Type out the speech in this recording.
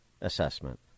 assessment